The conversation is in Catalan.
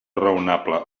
raonable